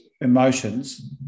emotions